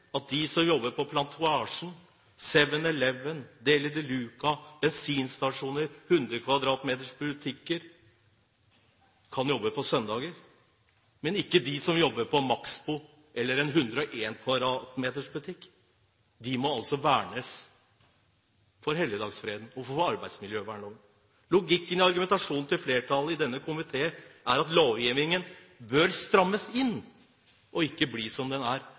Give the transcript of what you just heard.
at de som jobber på Plantasjen, 7-Eleven, Deli de Luca, bensinstasjoner og i 100 m2-butikker, kan jobbe på søndager, men ikke de som jobber på Maxbo eller en 101 m2-butikk. De må vernes med tanke på helligdagsfreden og arbeidsmiljøloven. Logikken i argumentasjonen til flertallet i denne komiteen er at lovgivningen bør strammes inn og ikke bli som den er,